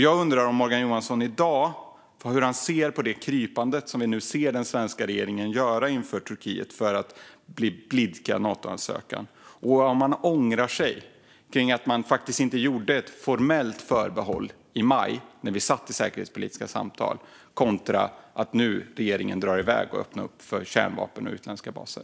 Jag undrar hur Morgan Johansson i dag ser på det krypande som vi nu ser från den svenska regeringen inför Turkiet för att blidka dem med anledning av Natoansökan. Jag undrar också om han ångrar att man faktiskt inte gjorde ett formellt förbehåll i maj när vi satt i säkerhetspolitiska samtal med tanke på att regeringen nu drar iväg och öppnar upp för kärnvapen och utländska baser.